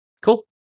Cool